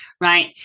right